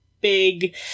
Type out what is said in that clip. big